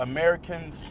Americans